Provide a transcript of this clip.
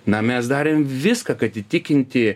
na mes darėm viską kad įtikinti